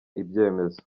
ibyemezo